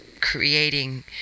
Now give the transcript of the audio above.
creating